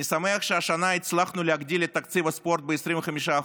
אני שמח שהשנה הצלחנו להגדיל את תקציב הספורט ב-25%,